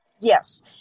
Yes